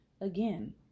again